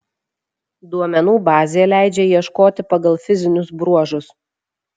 duomenų bazė leidžia ieškoti pagal fizinius bruožus